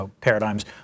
paradigms